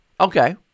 Okay